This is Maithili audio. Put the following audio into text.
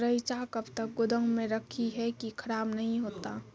रईचा कब तक गोदाम मे रखी है की खराब नहीं होता?